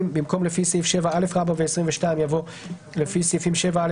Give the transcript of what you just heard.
- במקום "לפי סעיפים 7א ו-22" יבוא "לפי סעיפים 7א,